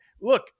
look